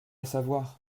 savoir